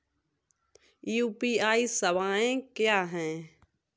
UPI सवायें क्या हैं?